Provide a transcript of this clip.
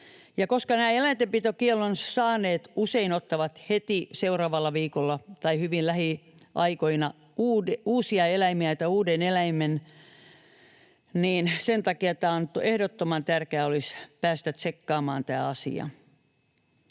koska nämä eläintenpitokiellon saaneet usein ottavat heti seuraavalla viikolla tai hyvin lähiaikoina uusia eläimiä tai uuden eläimen, niin sen takia olisi ehdottoman tärkeää päästä tsekkaamaan tämä asia.